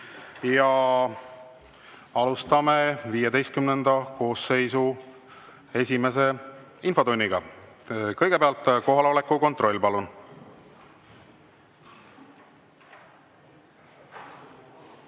Alustame XV koosseisu esimest infotundi. Kõigepealt kohaloleku kontroll, palun!